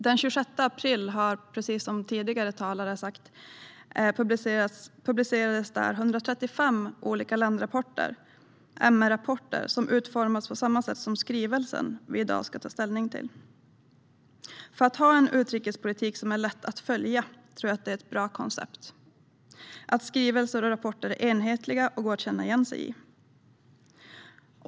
Den 26 april publicerades där, precis som tidigare talare har sagt, 135 olika landrapporter - MR-rapporter som utformats på samma sätt som den skrivelse vi i dag ska ta ställning till. För att ha en utrikespolitik som är lätt att följa tror jag att det är ett bra koncept att skrivelser och rapporter är enhetliga och går att känna igen sig i.